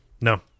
No